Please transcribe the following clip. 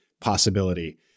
possibility